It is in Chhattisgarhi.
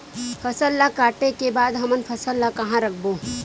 फसल ला काटे के बाद हमन फसल ल कहां रखबो?